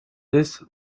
this